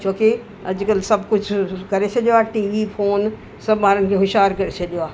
छोकि अॼुकल्ह सभु कुझु करे छॾियो आहे टी वी फोन सभु ॿारनि खे होशियार करे छॾियो आहे